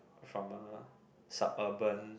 from a suburban